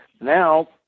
Now